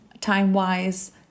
time-wise